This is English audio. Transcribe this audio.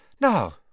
Now